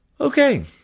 Okay